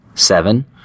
Seven